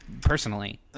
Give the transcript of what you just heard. personally